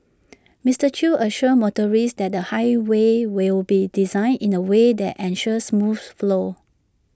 Mister chew assured motorists that the highway will be designed in A way that ensures smooth flow